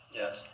yes